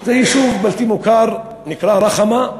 זה יישוב בלתי מוכר, נקרא רחמה,